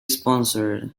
sponsored